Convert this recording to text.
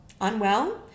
unwell